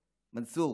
מנסור,